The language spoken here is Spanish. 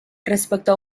respecto